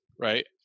right